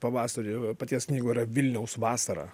pavasarį paties knygų yra vilniaus vasara